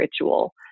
ritual